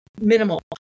minimal